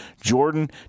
Jordan